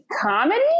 comedy